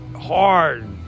hard